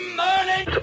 morning